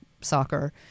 soccer